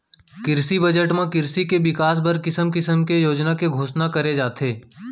किरसी बजट म किरसी के बिकास बर किसम किसम के योजना के घोसना करे जाथे